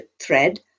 thread